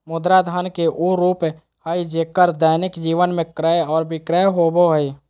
मुद्रा धन के उ रूप हइ जेक्कर दैनिक जीवन में क्रय और विक्रय होबो हइ